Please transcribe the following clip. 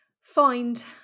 find